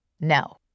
No